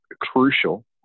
crucial